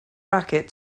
racquet